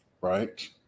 Right